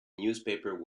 newspaper